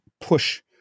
push